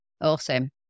Awesome